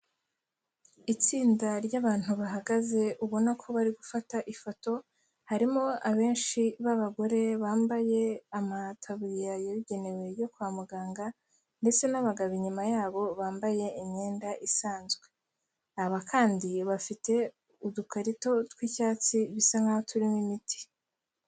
Itsinda ry'abantu bahagaze ubona ko bari gufata ifoto, harimo abenshi b'abagore bambaye amataburiya yabugenewe yo kwa muganga ndetse n'abagabo inyuma y'abo bambaye imyenda isanzwe. Aba kandi bafite udukarito tw'icyatsi bisa nk'aho turimo imiti.